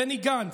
בני גנץ,